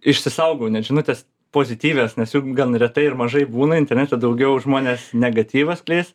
išsisaugau net žinutes pozityvias nes jų gan retai ir mažai būna internete daugiau žmonės negatyvus skleis